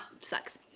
sucks